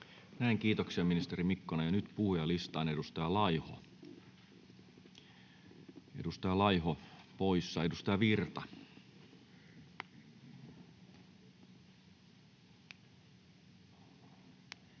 kiitoksia ministeri Mikkonen, ja nyt puhujalistaan. Edustaja Laiho poissa. — Edustaja Virta.